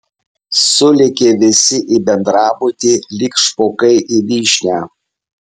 sulėkė visi į bendrabutį lyg špokai į vyšnią